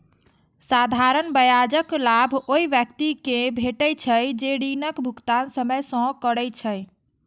साधारण ब्याजक लाभ ओइ व्यक्ति कें भेटै छै, जे ऋणक भुगतान समय सं करै छै